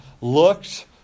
looked